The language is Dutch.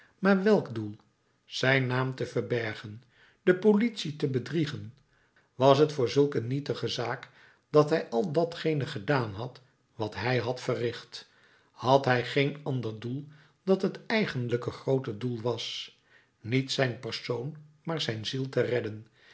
maar welk doel zijn naam te verbergen de politie te bedriegen was t voor zulk een nietige zaak dat hij al datgene gedaan had wat hij had verricht had hij geen ander doel dat het eigenlijke groote doel was niet zijn persoon maar zijn ziel te redden